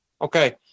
okay